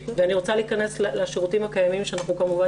אני רוצה להכנס לשירותים הקיימים שאנחנו כמובן